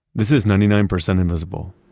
this is ninety nine percent invisible.